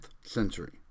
century